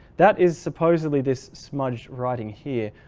that is supposedly this smudged writing here.